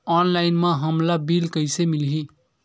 Online म हमला bill कइसे मिलही?